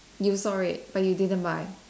you saw it but you didn't buy